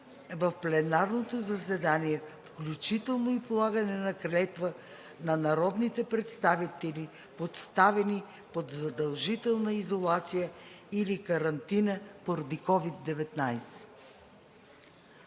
в пленарното заседание, включително и полагане на клетва, на народните представители, поставени под задължителна изолация или карантина поради COVID-19.